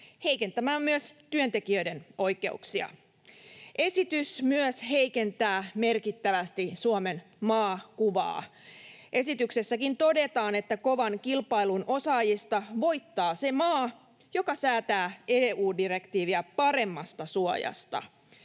heikentämään myös työntekijöiden oikeuksia. Esitys myös heikentää merkittävästi Suomen maakuvaa. Esityksessäkin todetaan, että kovan kilpailun osaajista voittaa se maa, joka säätää EU-direktiiviä paremmasta suojasta.